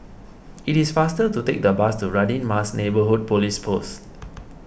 It is faster to take the bus to Radin Mas Neighbourhood Police Post